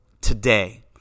Today